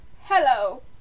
Hello